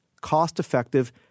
cost-effective